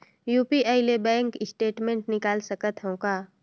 UPI ले bank statement निकाल सकत हवं का?